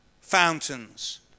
fountains